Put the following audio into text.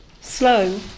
Slow